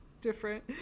different